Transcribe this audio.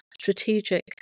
strategic